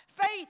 Faith